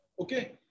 Okay